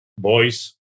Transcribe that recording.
boys